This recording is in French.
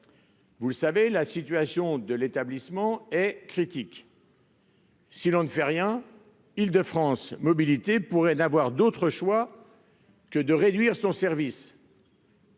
collègues, la situation de l'établissement est critique. Si l'on ne fait rien, Île-de-France Mobilités pourrait n'avoir d'autre choix que de réduire son service,